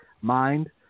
mind